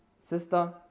sister